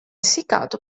essiccato